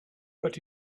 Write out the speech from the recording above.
but